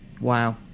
Wow